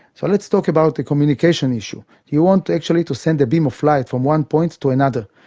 so let's talk about the communication issue. you want actually to send a beam of light from one point to another,